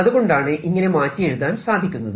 അതുകൊണ്ടാണ് ഇങ്ങനെ മാറ്റി എഴുതാൻ സാധിക്കുന്നത്